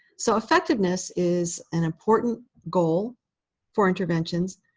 so effectiveness is an important goal for interventions,